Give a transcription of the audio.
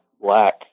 black